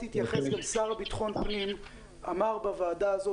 השר לביטחון פנים אמר בוועדה הזאת